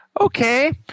Okay